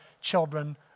children